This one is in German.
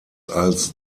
als